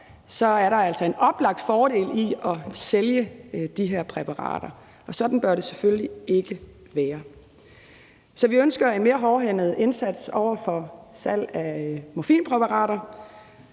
er der altså en oplagt fordel i at sælge de her præparater, og sådan bør det selvfølgelig ikke være. Så vi ønsker en mere hårdhændet indsats over for salg af morfinpræparater,